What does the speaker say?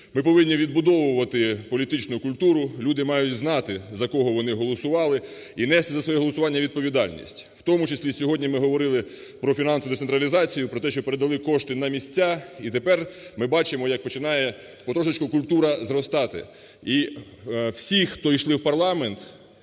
Ми повинні відбудовувати політичну культуру. Люди мають знати, за кого вони голосували, і нести за своє голосування відповідальність. В тому числі сьогодні ми говорили про фінансову децентралізацію, про те, що передали кошти на місця, і тепер ми бачимо як потрошечки культура зростати. І всі, хто йшли в парламент,